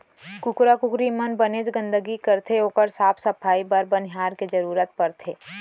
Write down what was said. कुकरा कुकरी मन बनेच गंदगी करथे ओकर साफ सफई बर बनिहार के जरूरत परथे